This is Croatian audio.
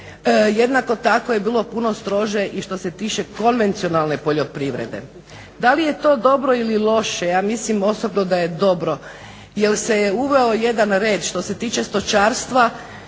jednako tako je bilo puno strože i što se tiče konvencionalne poljoprivrede. Da li je to dobro ili loše? Ja mislim osobno da je dobro jel se je uveo jedan red. Što se tiče stočarstva